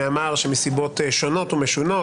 כי יש דברים שמסיבות שונות ומשונות,